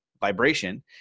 vibration